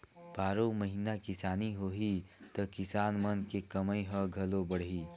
बारो महिना किसानी होही त किसान मन के कमई ह घलो बड़ही